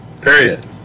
Period